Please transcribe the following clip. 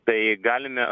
tai galime